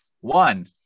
One